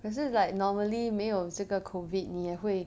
可是 like normally 没有这个 COVID 你也会